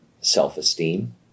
self-esteem